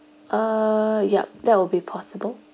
uh yup that will be possible